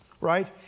right